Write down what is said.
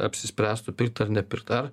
apsispręstų pirkt ar nepirkt ar